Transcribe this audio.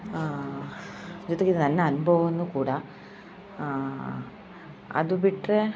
ಜೊತೆಗೆ ನನ್ನ ಅನುಭವವನ್ನೂ ಕೂಡ ಅದು ಬಿಟ್ಟರೆ